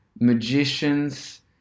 magicians